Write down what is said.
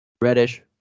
Reddish